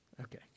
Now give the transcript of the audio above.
Okay